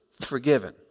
forgiven